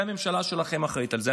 הממשלה שלכם אחראית לזה.